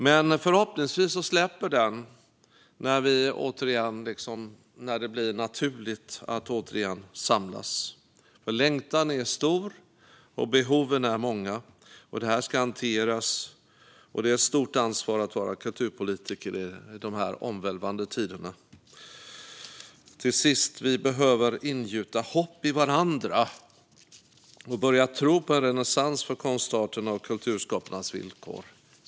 Men förhoppningsvis släpper den när det återigen blir naturligt att samlas. Längtan är stor, och behoven är många. Detta ska hanteras, och det är ett stort ansvar att vara kulturpolitiker i dessa omvälvande tider. Till sist: Vi behöver ingjuta hopp i varandra och börja tro på en renässans för konstarterna och kulturskaparnas villkor.